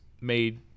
made